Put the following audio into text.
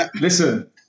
Listen